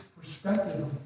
perspective